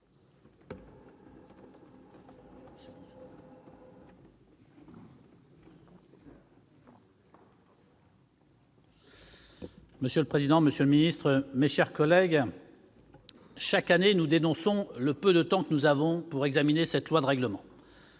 Monsieur le président, monsieur le ministre, mes chers collègues, chaque année, nous dénonçons le peu de temps dont nous disposons pour examiner le projet de loi de règlement.